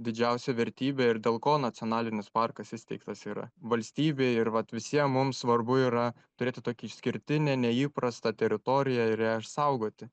didžiausia vertybė ir dėl ko nacionalinis parkas įsteigtas yra valstybei ir vat visiem mum svarbu yra turėti tokią išskirtinę neįprastą teritoriją ir ją išsaugoti